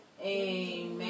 Amen